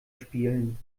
spielen